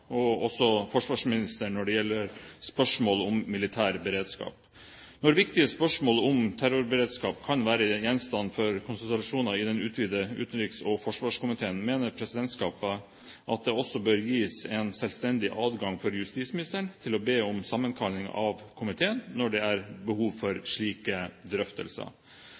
og også forsvarsministeren når det gjelder spørsmål om militær beredskap. Når viktige spørsmål om terrorberedskap kan være gjenstand for konsultasjoner i den utvidede utenriks- og forsvarskomiteen, mener presidentskapet at det også bør gis en selvstendig adgang for justisministeren til å be om sammenkalling av komiteen når det er behov for slike drøftelser.